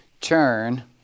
turn